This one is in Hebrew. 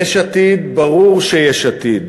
יש עתיד, ברור שיש עתיד.